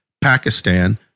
Pakistan